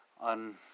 on